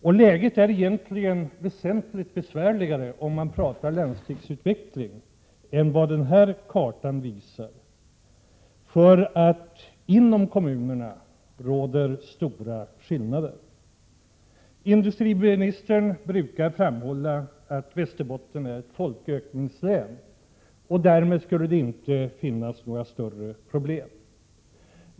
När man talar om landsbygdens utveckling är läget egentligen väsentligt besvärligare än vad den här kartan visar. Inom kommunerna råder nämligen stora skillnader. Industriministern brukar framhålla att Västerbotten är ett folkökningslän, och därmed skulle det inte finnas några större problem.